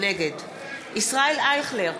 נגד ישראל אייכלר,